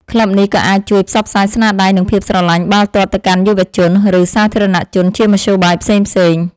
ក្លឹបនេះក៏អាចជួយផ្សព្វផ្សាយស្នាដៃ និងភាពស្រលាញ់បាល់ទាត់ទៅកាន់យុវជន ឬសាធារណៈជនជាមធ្យោបាយផ្សេងៗ។